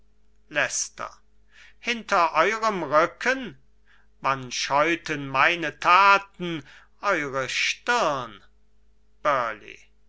hinter eurem rücken wann scheuten meine taten eure stirne